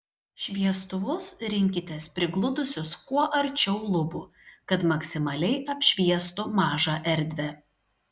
šviestuvus rinkitės prigludusius kuo arčiau lubų kad maksimaliai apšviestų mažą erdvę